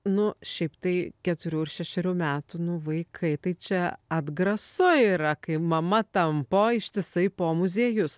nu šiaip tai keturių ir šešerių metų nu vaikai tai čia atgrasu yra kai mama tampo ištisai po muziejus